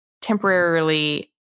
temporarily